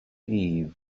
eve